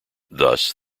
thus